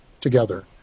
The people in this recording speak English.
together